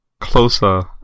closer